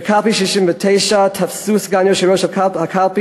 בקלפי 69 תפסו את סגן יושב-ראש הקלפי,